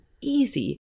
easy